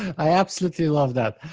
i absolutely love that.